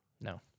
No